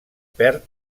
perd